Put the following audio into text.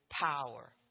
Power